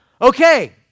Okay